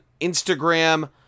Instagram